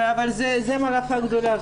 זו מערכה גדולה.